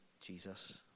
Jesus